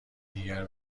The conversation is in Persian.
دیگر